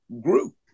grew